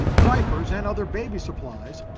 diapers and other baby supplies,